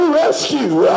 rescue